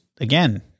again